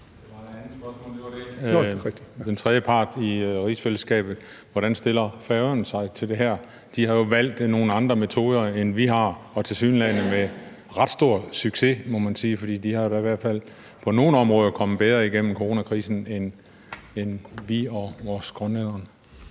det er rigtigt). Hvordan stiller Færøerne sig i forhold til det her? De har jo valgt nogle andre metoder, end vi har, og tilsyneladende med ret stor succes, må man sige, for de er da i hvert fald på nogle områder kommet bedre igennem coronakrisen, end vi og grønlænderne